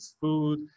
food